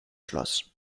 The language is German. schloss